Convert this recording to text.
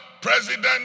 president